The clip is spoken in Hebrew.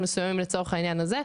--- לצורך העניין הזה.